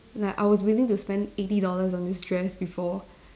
like I was willing to spend eighty dollars on this dress before